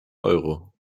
euro